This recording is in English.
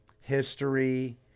history